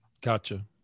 Gotcha